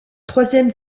troisième